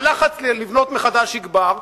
הלחץ לבנות מחדש יגבר,